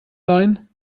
leihen